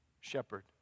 shepherd